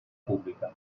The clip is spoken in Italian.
pubblica